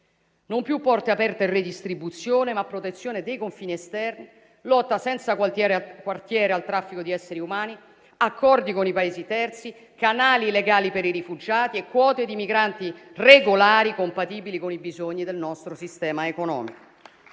Non più porte aperte e redistribuzione, ma protezione dei confini esterni, lotta senza quartiere al traffico di esseri umani, accordi con i Paesi terzi, canali legali per i rifugiati e quote di migranti regolari compatibili con i bisogni del nostro sistema economico.